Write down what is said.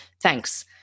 thanks